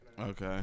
Okay